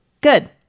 good